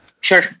Sure